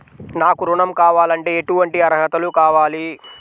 నాకు ఋణం కావాలంటే ఏటువంటి అర్హతలు కావాలి?